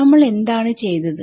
നമ്മൾ എന്താണ് ചെയ്തത്